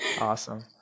Awesome